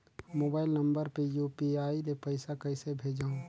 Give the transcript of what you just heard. Mobile number मे UPI ले पइसा कइसे भेजवं?